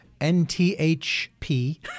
NTHP